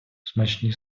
смачні